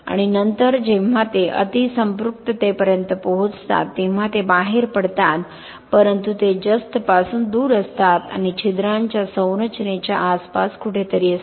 आणि नंतर जेव्हा ते अतिसंपृक्ततेपर्यंत पोहोचतात तेव्हा ते बाहेर पडतात परंतु ते जस्तपासून दूर असतात आणि छिद्रांच्या संरचनेच्या आसपास कुठेतरी असतात